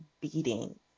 beating